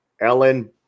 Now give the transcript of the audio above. Ellen